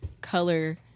color